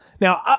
Now